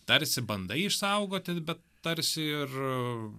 tarsi bandai išsaugoti bet tarsi ir